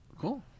Cool